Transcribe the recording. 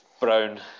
Brown